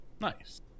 Nice